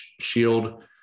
shield